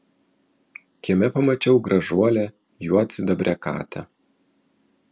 kieme pamačiau gražuolę juodsidabrę katę